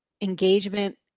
engagement